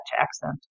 accent